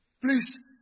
please